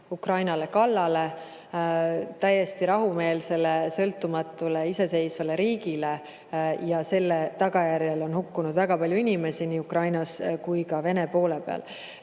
Ukrainale kallale – täiesti rahumeelsele, sõltumatule, iseseisvale riigile – ja selle tagajärjel on hukkunud väga palju inimesi nii Ukrainas kui ka Vene poole peal.